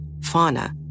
Fauna